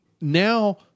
now –